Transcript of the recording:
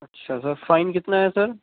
اچھا sir fine کتنا ہے سر